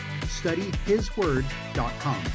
studyhisword.com